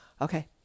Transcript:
okay